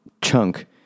chunk